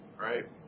right